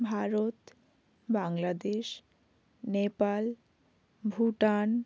Bharat Bangladesh Nepal Bhutan